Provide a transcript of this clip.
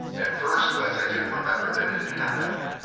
at first glance, i didn't remember that it had happened.